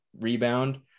rebound